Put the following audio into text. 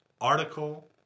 Article